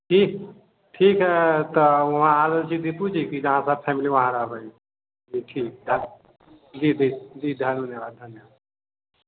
जी ठीक है तऽ वहाँ आ रहल छी दीपूजी अहाँ सबफैमली वहाँ रहबै जी ठीक जी जी धन्यवाद धन्यवाद